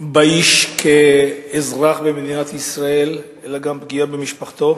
באיש כאזרח במדינת ישראל אלא גם בפגיעה במשפחתו.